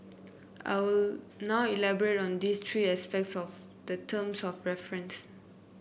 I will now elaborate on these three aspects of the terms of reference